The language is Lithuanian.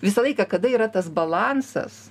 visą laiką kada yra tas balansas